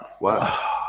Wow